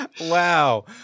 Wow